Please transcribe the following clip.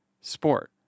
sport